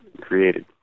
created